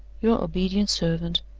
your obedient servant,